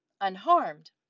unharmed